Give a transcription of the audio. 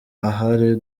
ahari